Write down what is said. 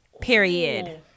Period